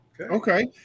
Okay